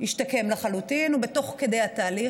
השתקם לחלוטין, הוא תוך כדי התהליך.